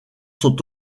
sont